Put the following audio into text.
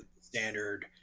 standard